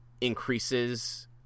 increases